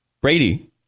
Brady